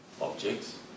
objects